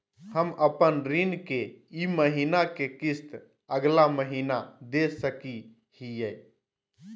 हम अपन ऋण के ई महीना के किस्त अगला महीना दे सकी हियई?